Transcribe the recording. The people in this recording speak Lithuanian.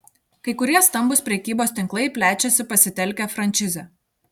kai kurie stambūs prekybos tinklai plečiasi pasitelkę frančizę